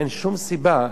אין שום סיבה,